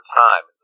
time